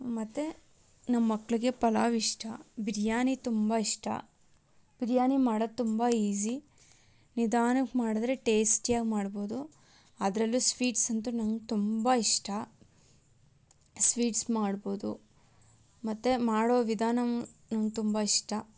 ಮತ್ತು ನಮ್ಮ ಮಕ್ಳಿಗೆ ಪಲಾವ್ ಇಷ್ಟ ಬಿರ್ಯಾನಿ ತುಂಬ ಇಷ್ಟ ಬಿರ್ಯಾನಿ ಮಾಡಕ್ಕೆ ತುಂಬ ಈಸಿ ನಿಧಾನಕ್ಕೆ ಮಾಡಿದ್ರೆ ಟೇಸ್ಟಿಯಾಗಿ ಮಾಡ್ಬೌದು ಅದರಲ್ಲೂ ಸ್ವೀಟ್ಸ್ ಅಂತೂ ನಂಗೆ ತುಂಬ ಇಷ್ಟ ಸ್ವೀಟ್ಸ್ ಮಾಡ್ಬೌದು ಮತ್ತು ಮಾಡೋ ವಿಧಾನ ನಂಗೆ ತುಂಬ ಇಷ್ಟ